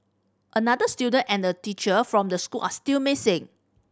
another student and a teacher from the school are still missing